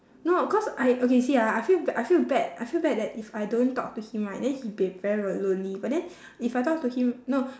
no cause I okay you see ah I feel ba~ I feel bad I feel bad that if I don't talk to him right then he be very very lonely but then if I talk to him no